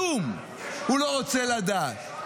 כלום הוא לא רוצה לדעת.